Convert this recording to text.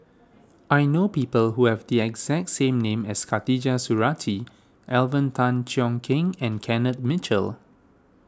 I know people who have the exact same name as Khatijah Surattee Alvin Tan Cheong Kheng and Kenneth Mitchell